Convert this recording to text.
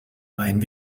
rein